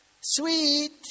Sweet